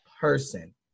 person